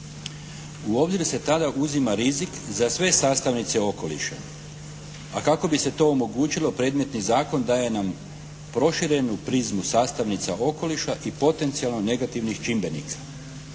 U obzir se tada uzima rizik za sve sastavnice okoliša. A kako bi se to omogućilo predmetni zakon daje nam proširenu prizmu sastavnica okoliša i potencijalno negativnih čimbenika.